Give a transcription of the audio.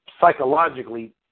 psychologically